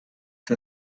the